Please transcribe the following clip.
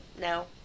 no